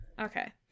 Okay